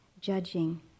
judging